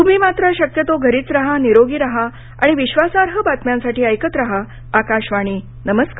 तुम्ही मात्र शक्यतो घरीच राहा निरोगी राहा आणि विश्वासार्ह बातम्यांसाठी ऐकत राहा आकाशवाणी नमस्कार